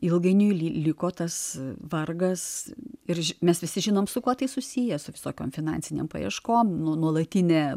ilgainiui liko tas vargas ir mes visi žinom su kuo tai susiję su visokiom finansinėm paieškom nuolatinė